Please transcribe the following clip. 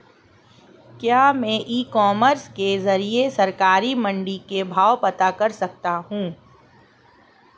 क्या मैं e commerce के ज़रिए सरकारी मंडी के भाव पता कर सकता हूँ?